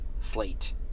slate